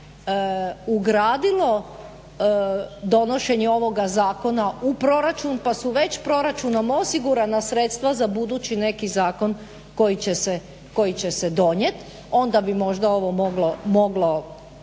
ugradilo donošenje ovoga zakona u proračun pa su već proračunom osigurana sredstva za budući neki zakon koji će se donijeti? Onda bi možda ovo moglo